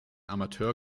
amateur